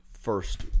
first